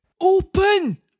Open